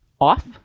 off